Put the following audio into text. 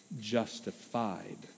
justified